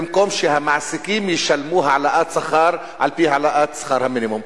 במקום שהמעסיקים ישלמו העלאת שכר על-פי העלאת שכר המינימום.